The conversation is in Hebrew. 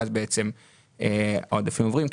ואז העודפים עוברים,